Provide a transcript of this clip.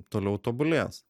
toliau tobulės